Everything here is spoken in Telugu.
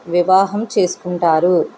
వివాహం చేసుకుంటారు